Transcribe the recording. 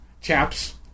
chaps